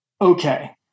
Okay